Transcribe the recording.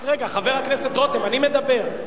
חבר הכנסת רותם, אני מדבר.